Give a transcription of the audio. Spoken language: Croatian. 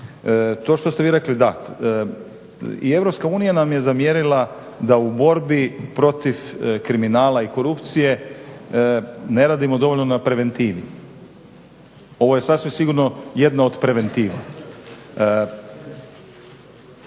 To što ste vi rekli, da, i Europska unija nam je zamjerila da u borbi protiv kriminala i korupcije ne radimo dovoljno na preventivi. Ovo je sasvim sigurno jedna od preventiva.